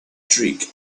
streak